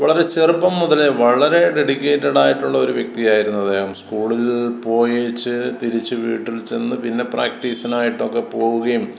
വളരെ ചെറുപ്പം മുതലേ വളരെ ഡെഡിക്കേറ്റഡ് ആയിട്ടുള്ളൊരു വ്യക്തിയായിരുന്നു അദ്ദേഹം സ്കൂളിൽ പോയേച്ച് തിരിച്ച് വീട്ടിൽ ചെന്ന് പിന്നെ പ്രാക്ടീസിനായിട്ടൊക്കെ പോവുകയും